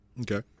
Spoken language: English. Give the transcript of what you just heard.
Okay